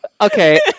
Okay